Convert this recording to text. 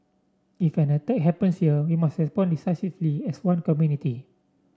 if an attack happens here we must respond decisively as one community